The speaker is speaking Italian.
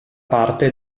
parte